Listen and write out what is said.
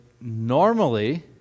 normally